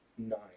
Nine